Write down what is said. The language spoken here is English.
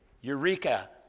Eureka